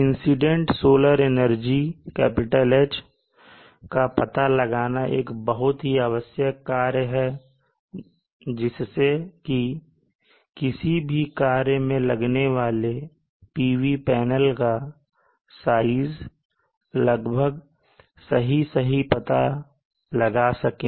incident solar energy H kWhm2 per day का पता लगाना एक बहुत ही आवश्यक कार्य है जिससे कि किसी भी कार्य में लगने वाले PV पैनल का size लगभग सही सही पता लगा सके